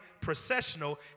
processional